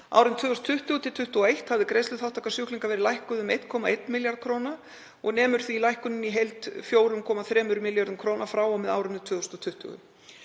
Árin 2020–2021 hafði greiðsluþátttaka sjúklinga verið lækkuð um 1,1 milljarð kr. og nemur lækkunin í heild því 4,3 milljörðum kr. frá og með árinu 2020.